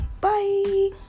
bye